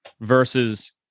versus